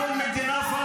בניגוד לחוק הבין-לאומי.